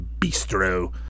bistro